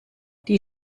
die